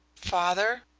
father,